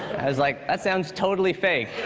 i was like, that sounds totally fake.